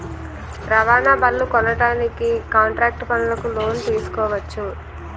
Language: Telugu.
రవాణా బళ్లనుకొనడానికి కాంట్రాక్టు పనులకు లోను తీసుకోవచ్చు